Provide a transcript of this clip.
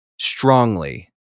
strongly